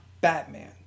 Batman